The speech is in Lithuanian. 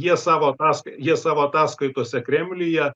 jie savo ataskai jie savo ataskaitose kremliuje